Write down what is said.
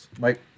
Mike